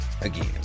again